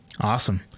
Awesome